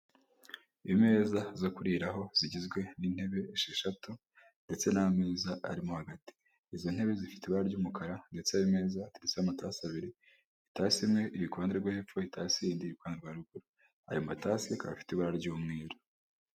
Imeza zo kuriraho zigizwe n'intebe esheshatu ndetse n'ameza ari hagati, izo ntebe zifite ibara ry'umukara ndetse ayo meza hateretseho amatasi abiri, itasi imwe iri ku ruhande rwo hepfo, itasi y'indi iri ku ruhande rwa ruguru, ayo matasi akaba afite ibara ry'umweru.